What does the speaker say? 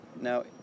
Now